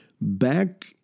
back